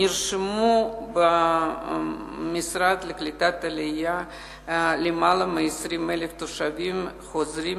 נרשמו במשרד לקליטת העלייה למעלה מ-20,000 תושבים חוזרים,